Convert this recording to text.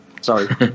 Sorry